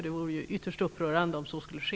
Det vore ytterst upprörande om så skulle ske.